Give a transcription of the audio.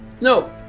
No